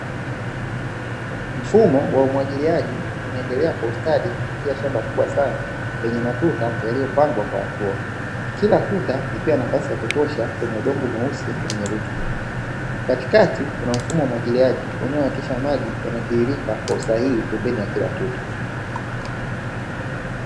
Mfumo wa umwagiliaji unaendelea kwa ustadi kupitia shamba kubwa sana; lenye matuta yaliyopangwa kwa hatua. Kila tuta likiwa na nafasi ya kutosha kwenye udongo mweusi wenye rutuba. Katikati kuna mfumo wa umwagiliaji unaohakikisha maji yanatiririka kwa usahihi pembeni ya kila tuta.